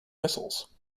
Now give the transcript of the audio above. missiles